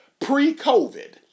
pre-COVID